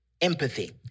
empathy